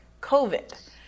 COVID